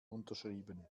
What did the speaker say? unterschrieben